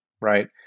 Right